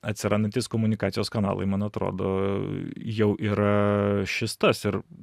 atsirandantys komunikacijos kanalai man atrodo jau yra šis tas ir